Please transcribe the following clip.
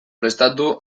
prestatu